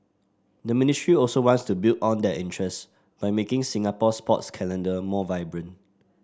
the ministry also wants to build on that interest by making Singapore's sports calendar more vibrant